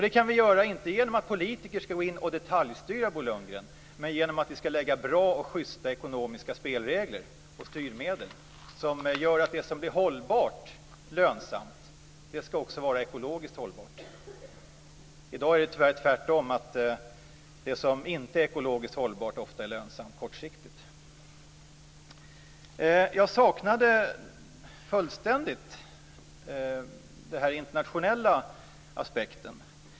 Det kan vi göra inte genom att politiker går in och detaljstyr, Bo Lundgren, utan genom att lägga upp bra och justa ekonomiska spelregler och styrmedel som gör att det som är ekologiskt hållbart blir lönsamt. I dag är det tyvärr tvärtom: Det som inte är ekologiskt hållbart är ofta lönsamt kortsiktigt. Jag saknade fullständigt den internationella aspekten.